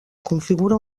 configura